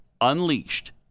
unleashed